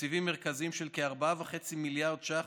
מתקציבים מרכזיים של כ-4.5 מיליארד ש"ח,